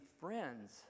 friends